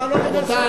רבותי,